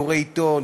קורא עיתון,